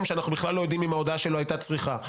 שאנחנו בכלל לא יודעים אם ההודאה שלו הייתה צריכה.